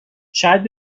شاید